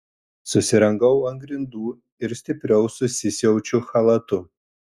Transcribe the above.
susirangau ant grindų ir stipriau susisiaučiu chalatu